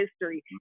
history